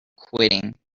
quitting